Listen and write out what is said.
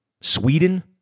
Sweden